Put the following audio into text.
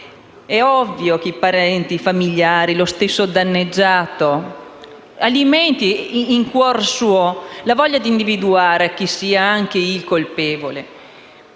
È ovvio che i parenti, i familiari e lo stesso danneggiato alimentino in cuor proprio la voglia di individuare chi sia il colpevole;